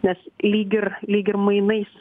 nes lyg ir lyg ir mainais